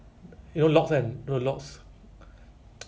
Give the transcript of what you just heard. go to back end and then take everything out lah